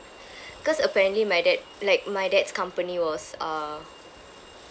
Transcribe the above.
cause apparently my dad like my dad's company was uh